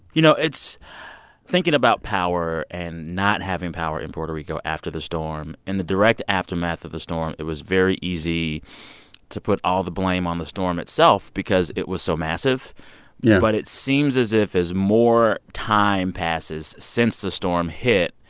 you know, it's thinking about power and not having power in puerto rico after the storm in the direct aftermath of the storm, it was very easy to put all the blame on the storm itself because it was so massive yeah but it seems as if as more time passes since the storm hit,